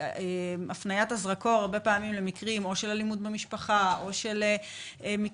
הפניית הזרקור הרבה פעמים למקרים של אלימות במשפחה או מקרים